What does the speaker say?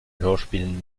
hörspielen